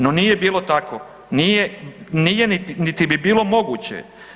No nije bilo tako, nije, nije, niti bi bilo moguće.